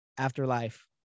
afterlife